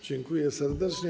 Dziękuję serdecznie.